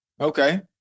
Okay